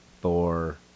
Thor